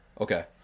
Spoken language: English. Okay